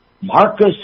Marcus